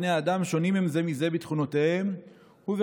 בני האדם שונים הם זה מזה בתכונותיהם וברגשותיהם.